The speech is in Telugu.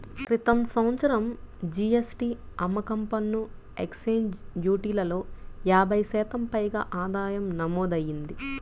క్రితం సంవత్సరం జీ.ఎస్.టీ, అమ్మకం పన్ను, ఎక్సైజ్ డ్యూటీలలో యాభై శాతం పైగా ఆదాయం నమోదయ్యింది